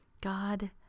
God